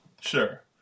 Sure